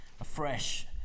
afresh